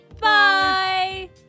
bye